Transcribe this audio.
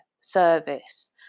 service